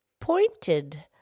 pointed